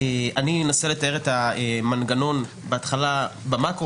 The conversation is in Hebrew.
אני אנסה לתאר את המנגנון בהתחלה במאקרו